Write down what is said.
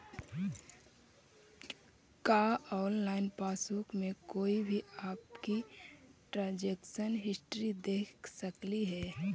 का online passbook में कोई भी आपकी ट्रांजेक्शन हिस्ट्री देख सकली हे